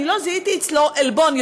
לא זיהיתי אצלו עלבון,